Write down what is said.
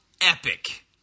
epic